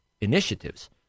initiatives